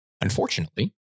Unfortunately